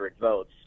votes